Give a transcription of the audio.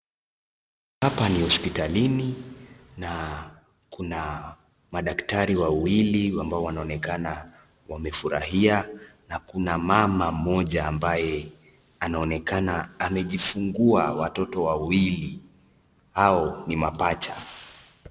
Hapa ni hospitalini na kuna madaktari wawili ambao wanaonekana wamefurahia na kuna mama mmoja ambaye anaonekana amejifungua watoto wawili, hao ni mapacha.